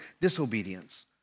disobedience